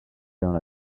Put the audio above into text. done